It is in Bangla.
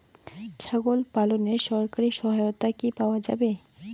ছাগল পালনে সরকারি সহায়তা কি পাওয়া যায়?